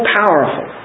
powerful